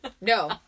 no